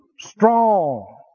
strong